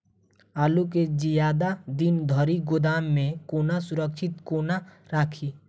आलु केँ जियादा दिन धरि गोदाम मे कोना सुरक्षित कोना राखि?